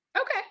okay